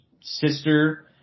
sister